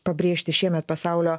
pabrėžti šiemet pasaulio